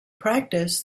practice